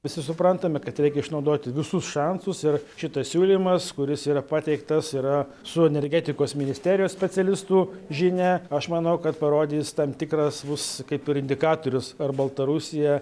visi suprantame kad reikia išnaudoti visus šansus ir šitas siūlymas kuris yra pateiktas yra su energetikos ministerijos specialistų žinia aš manau kad parodys tam tikras bus kaip ir indikatorius ar baltarusija